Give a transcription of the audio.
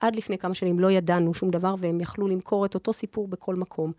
עד לפני כמה שנים לא ידענו שום דבר והם יכלו למכור את אותו סיפור בכל מקום.